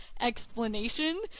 explanation